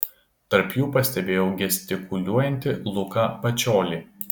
tarp jų pastebėjau gestikuliuojantį luką pačiolį